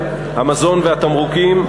המזון והתמרוקים,